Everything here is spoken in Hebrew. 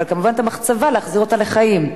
אבל כמובן להחזיר את המחצבה לחיים.